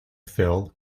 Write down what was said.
phil